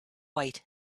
white